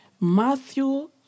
Matthew